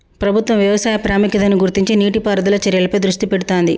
ప్రభుత్వం వ్యవసాయ ప్రాముఖ్యతను గుర్తించి నీటి పారుదల చర్యలపై దృష్టి పెడుతాంది